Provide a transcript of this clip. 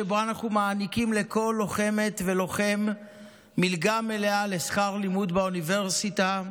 שבו אנחנו מעניקים לכל לוחמת ולוחם מלגה מלאה לשכר לימוד באוניברסיטה,